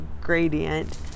gradient